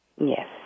Yes